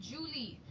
Julie